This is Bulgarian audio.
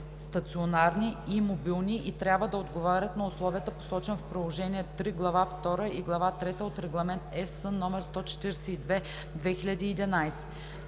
стационарни и мобилни и трябва да отговарят на условията, посочени в Приложение III, глава II и глава III от Регламент (ЕС) № 142/2011.“